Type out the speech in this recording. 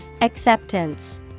Acceptance